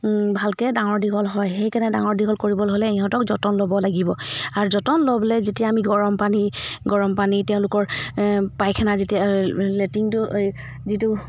ভালকৈ ডাঙৰ দীঘল হয় সেইকাৰণে ডাঙৰ দীঘল কৰিবলৈ হ'লে ইহঁতক যতন ল'ব লাগিব আৰু যতন ল'বলৈ যেতিয়া আমি গৰম পানী গৰম পানী তেওঁলোকৰ পায়খানা যেতিয়া লেট্ৰিনটো এই যিটো